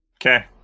Okay